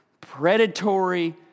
predatory